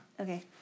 Okay